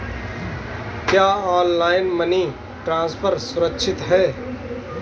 क्या online money transfer सुरक्षित है?